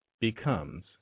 becomes